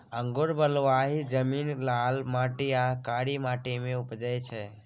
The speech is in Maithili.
अंगुर बलुआही जमीन, लाल माटि आ कारी माटि मे उपजै छै